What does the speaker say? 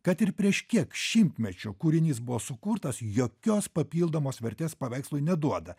kad ir prieš kiek šimtmečių kūrinys buvo sukurtas jokios papildomos vertės paveikslui neduoda